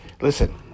listen